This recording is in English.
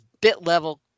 bit-level